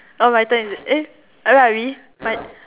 oh my turn is it eh where are we my